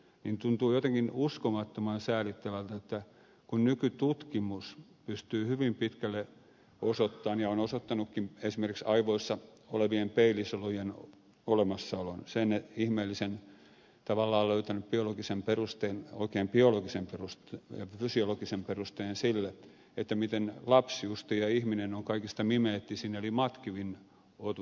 tämä tuntuu jotenkin uskomattoman säälittävältä kun nykytutkimus pystyy hyvin pitkälle osoittamaan ja on osoittanutkin esimerkiksi aivoissa olevien peilisolujen olemassaolon tavallaan löytänyt sen ihmeellisen oikein biologisen perusteen ja fysiologisen perusteen sille miten lapsi justiin ja ihminen on kaikista mimeettisin eli matkivin otus